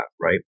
Right